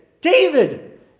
David